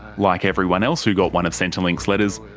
like everyone else who got one of centrelink's letters,